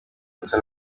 porto